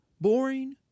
boring